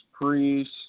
Priest